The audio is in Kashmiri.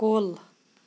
کُل